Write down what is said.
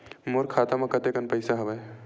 मोर खाता म कतेकन पईसा हवय?